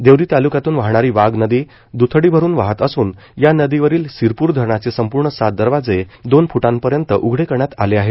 देवरी तालुक्यातून वाहणारी वाघ नदी द्थडी भरून वाहत असून हया नदिवरिल सिरपूर धरणाचे संपूर्ण सात दरवाजे दोन फ्टपर्यंत उघडे करण्यात आले आहेत